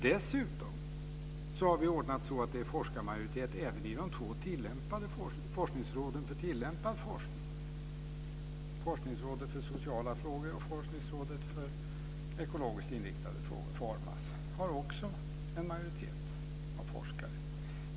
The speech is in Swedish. Dessutom har vi ordnat så att det är forskarmajoritet även i forskningsråden för tillämpad forskning. Forskningsrådet för sociala frågor och forskningsrådet för ekologiskt inriktade frågor formas och har också en majoritet av forskare.